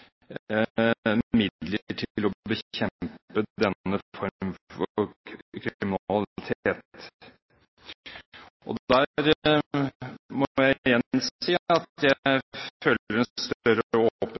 å bekjempe denne form for kriminalitet. Der må jeg igjen si at jeg føler en større åpenhet når jeg